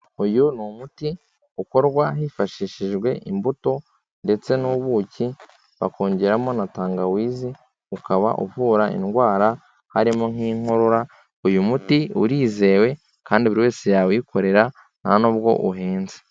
Uyu ni umuti ukorwa hifashishijwe imbuto ndetse n'ubuki bakongeramo na tangawizi, ukaba uvura indwara harimo nk'inkorora, uyu muti urizewe kandi buri wese yawikorera nta n'ubwo uhenze.